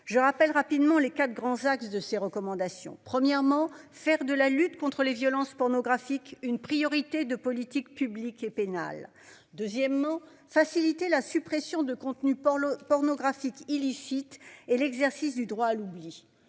Je rappelle rapidement les 4 grands axes de ces recommandations, Premièrement, faire de la lutte contre les violences pornographique une priorité de politique publique et pénal. Deuxièmement, faciliter la suppression de contenus pornos pornographique illicite et l'exercice du droit à l'oubli.